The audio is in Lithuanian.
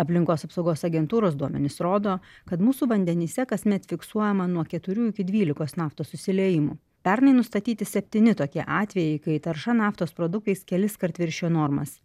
aplinkos apsaugos agentūros duomenys rodo kad mūsų vandenyse kasmet fiksuojama nuo keturių iki dvylikos naftos išsiliejimų pernai nustatyti septyni tokie atvejai kai tarša naftos produktais keliskart viršijo normas